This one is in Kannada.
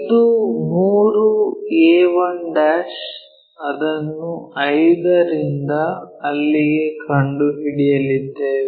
ಇದು 3 a1 ಅದನ್ನು 5 ರಿಂದ ಅಲ್ಲಿಗೆ ಕಂಡುಹಿಡಿಯಲಿದ್ದೇವೆ